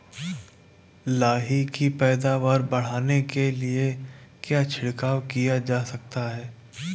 लाही की पैदावार बढ़ाने के लिए क्या छिड़काव किया जा सकता है?